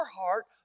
heart